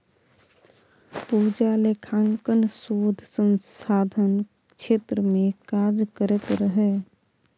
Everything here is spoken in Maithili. पूजा लेखांकन शोध संधानक क्षेत्र मे काज करैत रहय